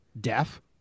Deaf